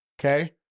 okay